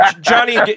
Johnny